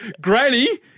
Granny